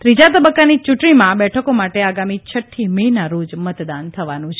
ત્રીજા તબક્કાની ચૂંટણીમાં આ બેઠકો માટે આગામી છઠ્ઠી મે ના રોજ મતદાન થવાનું છે